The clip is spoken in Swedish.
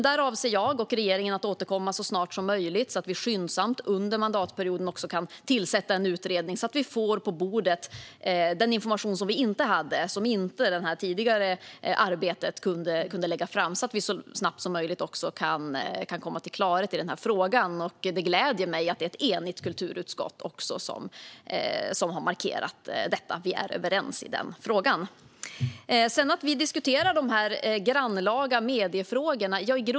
Där avser jag och regeringen att återkomma så snart som möjligt så att vi skyndsamt under mandatperioden också kan tillsätta en utredning, få på bordet den information som det tidigare arbetet inte kunde lägga fram och så snabbt som möjligt komma till klarhet i den här frågan. Det gläder mig att det är ett enigt kulturutskott som har markerat detta. Vi är överens i den frågan. I grunden är det inte märkligt att vi diskuterar de här grannlaga mediefrågorna.